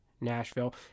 Nashville